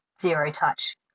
zero-touch